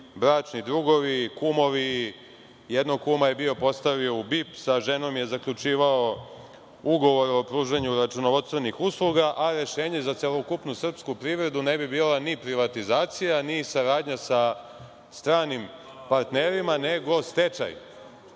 bračni drugovi, kumovi, jednog kuma je postavio u BIP, sa ženom je zaključivao ugovor o pružanju računovodstvenih usluga, a rešenje za celokupnu srpsku privredu ne bi bila ni privatizacija, ni saradnja sa stranim partnerima, nego stečaj. Dakle,